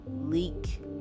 leak